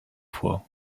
fois